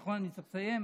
נכון אני צריך לסיים?